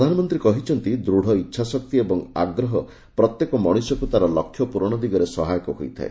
ପ୍ରଧାନମନ୍ତ୍ରୀ କହିଛନ୍ତି ଦୂଢ଼ ଇଚ୍ଛାଶକ୍ତି ଏବଂ ଆଗ୍ରହ ପ୍ରତ୍ୟେକ ମଣିଷକୁ ତା'ର ଲକ୍ଷ୍ୟ ପ୍ରରଣ ଦିଗରେ ସହାୟକ ହୋଇଥାଏ